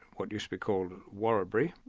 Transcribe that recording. what used to be called warrabri,